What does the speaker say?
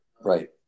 right